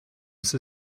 sie